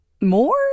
more